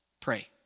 pray